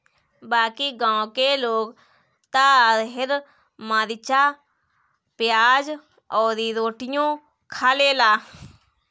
बाकी गांव के लोग त हरिहर मारीचा, पियाज अउरी रोटियो खा लेला